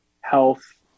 Health